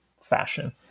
fashion